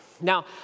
Now